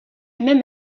même